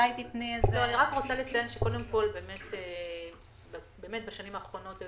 אני רוצה לציין שבשנים האחרונות היו